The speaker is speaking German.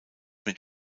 mit